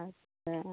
अच्छा